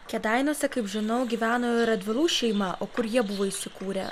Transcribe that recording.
kėdainiuose kaip žinau gyveno ir radvilų šeima o kur jie buvo įsikūrę